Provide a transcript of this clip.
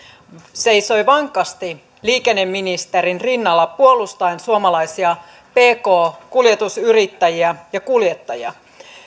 seisoi vankasti liikenneministerin rinnalla puolustaen suomalaisia pk kuljetusyrittäjiä ja kuljettajia